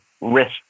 risk